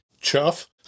Chuff